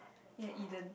yea Eden